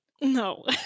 no